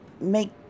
make